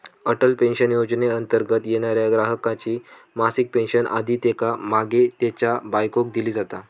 Atal pension योजनेंतर्गत येणाऱ्या ग्राहकाची मासिक पेन्शन आधी त्येका मागे त्येच्या बायकोक दिली जाता